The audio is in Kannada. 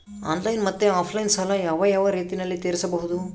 ಆನ್ಲೈನ್ ಮತ್ತೆ ಆಫ್ಲೈನ್ ಸಾಲ ಯಾವ ಯಾವ ರೇತಿನಲ್ಲಿ ತೇರಿಸಬಹುದು?